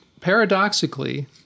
paradoxically